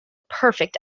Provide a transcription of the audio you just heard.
perfect